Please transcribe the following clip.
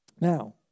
Now